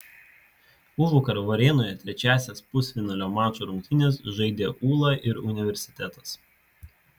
užvakar varėnoje trečiąsias pusfinalinio mačo rungtynes žaidė ūla ir universitetas